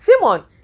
Simon